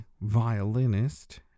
violinist